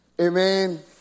amen